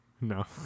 No